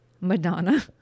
Madonna